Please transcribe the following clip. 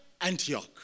Antioch